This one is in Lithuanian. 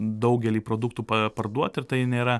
daugelį produktų pa parduot ir tai nėra